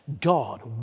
God